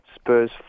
Spurs